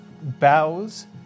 bows